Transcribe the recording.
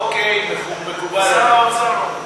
אוקיי, מקובל עלינו.